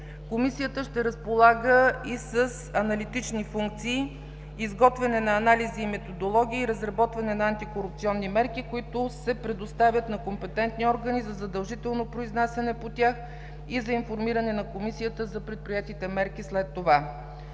Комисията ще разполага и с аналитични функции – изготвяне на анализи и методологии, разработване на антикорупционни мерки, които се предоставят на компетентни органи за задължително произнасяне по тях и за информиране на Комисията за предприетите мерки след това.